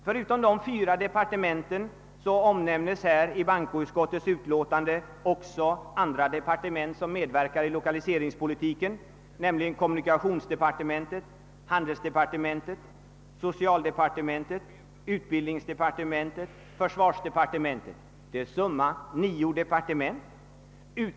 Förutom dessa fyra departement omnämns i bankoutskottets utlåtande också andra departement som medverkande i lokaliseringspolitiken, nämligen kommunikationsdepartementet, handelsdepartementet, socialdepartementet, utbildningsdepartementet och försvarsdepartementet. Det är summa nio departement.